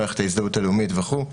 מערכת ההזדהות הלאומית וכו',